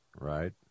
Right